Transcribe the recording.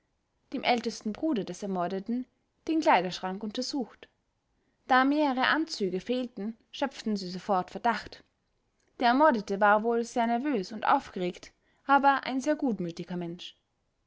dem ältesten bruder des ermordeten den kleiderschrank untersucht da mehrere anzüge fehlten schöpften sie sofort verdacht der ermordete war wohl sehr nervös und aufgeregt aber ein sehr gutmütiger mensch